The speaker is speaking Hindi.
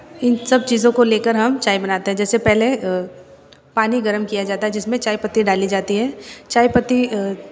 इन सब चीज़ों को लेकर हम चाय बनाते हैं जैसे पहले पानी गरम किया जाता है जिसमें चाय पत्ती डाली जाती है चाय पत्ती